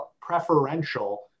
preferential